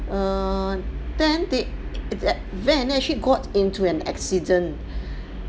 err then the va~ van actually got into an accident